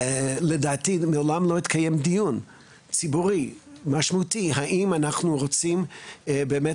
מעולם לא התקיים דיון ציבורי משמעותי האם אנחנו רוצים באמת